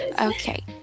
Okay